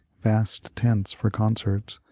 vast tents for concerts,